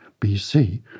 BC